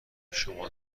شما